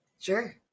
Sure